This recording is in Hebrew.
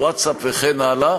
ווטסאפ וכן הלאה,